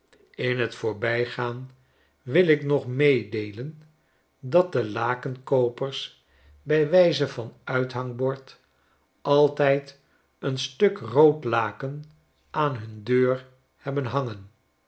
in t voorbijgaan wil ik nog meedeelen dat de lakenkoopers bij wijze van uithangbord altijd een stuk rood laken aan hun deur hebben hangen